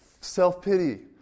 self-pity